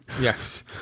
Yes